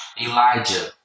Elijah